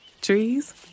Trees